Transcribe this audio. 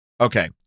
Okay